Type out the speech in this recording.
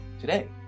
Today